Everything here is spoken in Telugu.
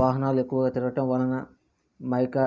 వాహనాలు ఎక్కువుగా తిరగటం వలన మైకా